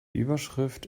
überschrift